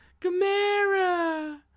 Gamera